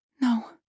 No